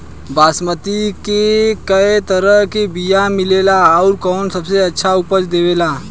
बासमती के कै तरह के बीया मिलेला आउर कौन सबसे अच्छा उपज देवेला?